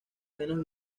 menos